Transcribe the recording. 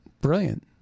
brilliant